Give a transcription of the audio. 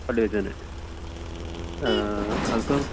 പള്ളിയിൽ വെച്ച് തന്നെ അതിപ്പം